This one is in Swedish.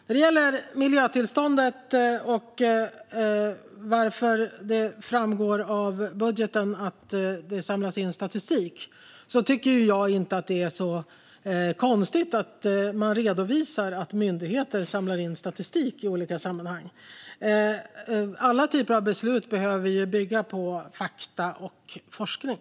När det gäller miljötillståndet och varför det framgår av budgeten att det samlas in statistik tycker jag inte att det är så konstigt att man redovisar att myndigheter samlar in statistik i olika sammanhang. Alla typer av beslut behöver ju bygga på fakta och forskning.